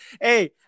hey